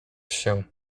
się